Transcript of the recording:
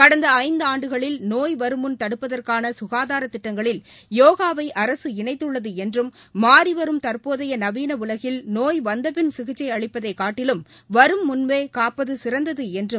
கடந்தஐந்துஆண்டுகளில் நோய் வருமுன் தடுப்பதற்கானசுகாதாரதிட்டங்களில் யோகாவைஅரசு இணைத்துள்ளதுஎன்றும் மாறிவரும் தற்போதையநவீளஉலகில் நோய் வந்தபின் சிகிச்சைஅளிப்பதைக் காட்டிலும் வரும் முன் காப்பதேசிறந்ததுஎன்றும்